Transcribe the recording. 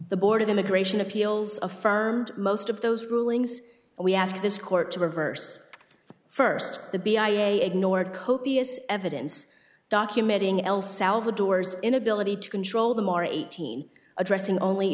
the board of immigration appeals affirmed most of those rulings we asked this court to reverse st the b i a ignored copious evidence documenting el salvador's inability to control them or eighteen addressing only